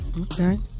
Okay